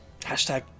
Hashtag